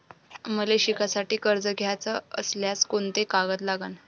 मले शिकासाठी कर्ज घ्याचं असल्यास कोंते कागद लागन?